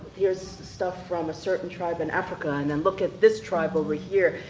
here's stuff from a certain tribe in africa and then look at this tribe over here,